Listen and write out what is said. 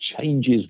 changes